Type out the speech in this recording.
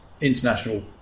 international